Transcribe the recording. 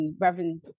Reverend